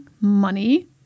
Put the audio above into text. money